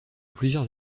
plusieurs